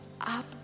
up